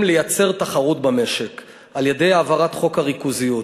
לייצר תחרות במשק על-ידי העברת חוק הריכוזיות.